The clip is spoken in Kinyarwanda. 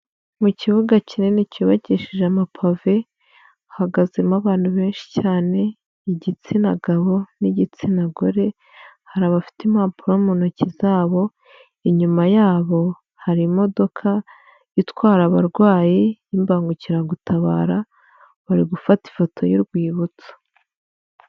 Mu kibuga kinini cyubakishije amapave, hahagazemo abantu benshi cyane igitsina gabo n'igitsina gore, hari abafite impapuro mu ntoki zabo, inyuma yabo hari imodoka itwara abarwayi y'imbangukiragutabara bari gufata ifoto y'urwibutso.